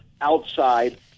outside